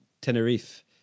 Tenerife